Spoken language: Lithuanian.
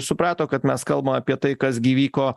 suprato kad mes kalbam apie tai kas gi vyko